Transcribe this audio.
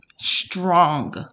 strong